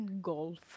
Golf